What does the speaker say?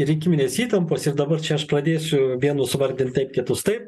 rinkiminės įtampos ir dabar čia aš pradėsiu vienus vardint taip kitus taip